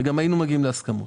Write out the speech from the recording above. וגם היינו מגיעים להסכמות.